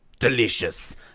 Delicious